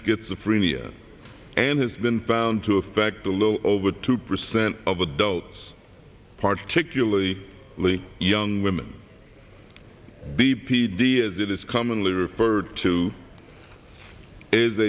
schizophrenia and has been found to affect a little over two percent of adults particularly lee young women b p d as it is commonly referred to